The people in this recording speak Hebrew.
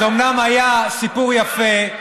זה אומנם היה סיפור יפה,